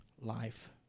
life